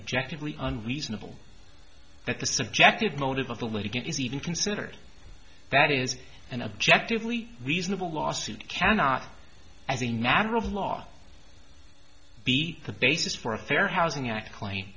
objectively on reasonable that the subjective motive of the litigant is even considered that is and objectively reasonable lawsuit cannot as a matter of law be the basis for a fair housing act claim